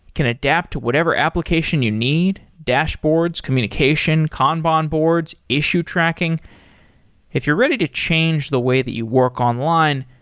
can adapt to whatever application you need, dashboards, communication, kanban boards, issue tracking if you're ready to change the way that you work online,